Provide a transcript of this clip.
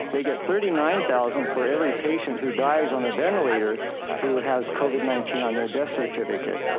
they get thirty nine thousand for every patient who dies on a ventilator who has covid nineteen on their death certificate.